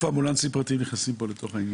אמבולנסים נכנסים לתוך העניין?